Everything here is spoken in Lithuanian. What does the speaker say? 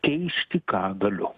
keisti ką galiu